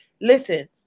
Listen